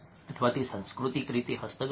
અથવા તે સાંસ્કૃતિક રીતે હસ્તગત છે